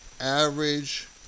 Average